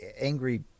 angry